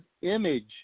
image